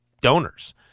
donors